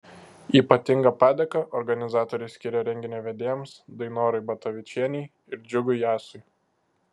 ypatingą padėką organizatoriai skiria renginio vedėjams dainorai batavičienei ir džiugui jasui